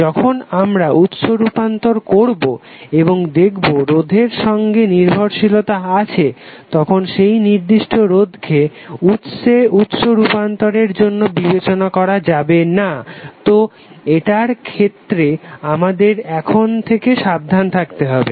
যখন আমরা উৎস রূপান্তর করবো এবং দেখবো রোধের সঙ্গে নির্ভরশীলতা আছে তখন সেই নির্দিষ্ট রোধকে উৎস রূপান্তরের জন্য বিবেচনা করা যাবে না তো এটার ক্ষেত্রে আমাদের এখন থেকে সাবধান থাকতে হবে